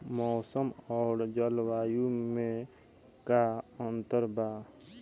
मौसम और जलवायु में का अंतर बा?